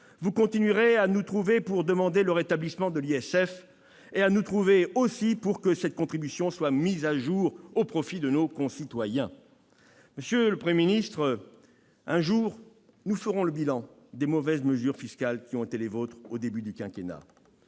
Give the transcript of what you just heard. Vous continuerez à nous trouver pour demander le rétablissement de l'ISF et à nous trouver aussi pour que cette contribution soit mise à jour au profit de nos concitoyens. Très bien ! Monsieur le Premier ministre, un jour, nous ferons le bilan des mauvaises mesures fiscales qui ont été les vôtres au début du quinquennat.